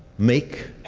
make,